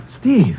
Steve